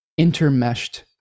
intermeshed